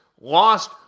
lost